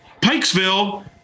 Pikesville